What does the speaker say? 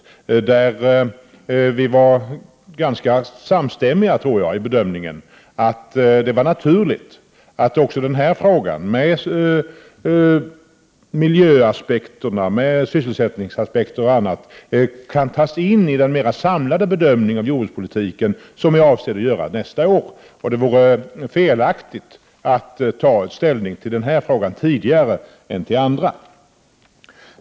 Jag tror att vi där var ganska samstämmiga i bedömningen att det är naturligt att denna fråga, med miljöaspekter, sysselsättningsaspekter och annat tas in i den mera samlade bedömning av jordbrukspolitiken som skall göras nästa år. Det vore felaktigt att ta ställning till denna fråga tidigare än till andra.